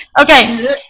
okay